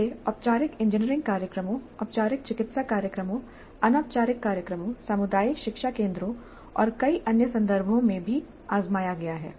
इसे औपचारिक इंजीनियरिंग कार्यक्रमों औपचारिक चिकित्सा कार्यक्रमों अनौपचारिक कार्यक्रमों सामुदायिक शिक्षा केंद्रों और कई अन्य संदर्भों में भी आजमाया गया है